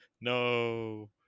No